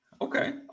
Okay